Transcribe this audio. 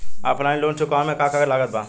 Offline loan चुकावे म का का लागत बा?